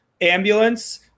ambulance